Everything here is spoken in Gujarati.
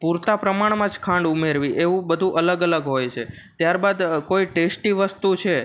પૂરતા પ્રમાણમાં જ ખાંડ ઉમેરવી એવું બધુ અલગ અલગ હોય છે ત્યારબાદ કોઈ ટેસ્ટી વસ્તુ છે